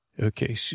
Okay